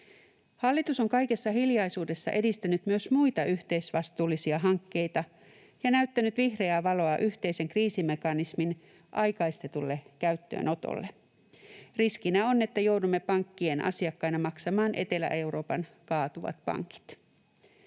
Hallitus on kaikessa hiljaisuudessa edistänyt myös muita yhteisvastuullisia hankkeita ja näyttänyt vihreää valoa yhteisen kriisimekanismin aikaistetulle käyttöönotolle. Riskinä on, että joudumme pankkien asiakkaina maksamaan Etelä-Euroopan kaatuvat pankit.